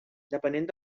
depenent